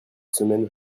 semaine